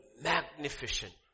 magnificent